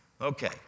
Okay